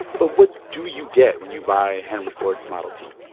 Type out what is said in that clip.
but what do you get when you buy henry ford's model t?